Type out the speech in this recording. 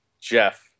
Jeff